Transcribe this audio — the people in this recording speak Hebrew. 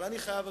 אבל אני חייב,